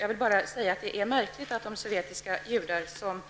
Jag vill bara säga att det är märkligt att de sovjetiska judarna, som